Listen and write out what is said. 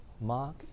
Mark